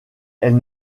elle